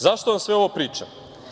Zašto vam sve ovo pričam?